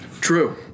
True